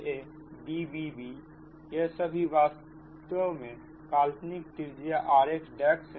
DaaDbbयह सभी वास्तव में काल्पनिक त्रिज्या rx है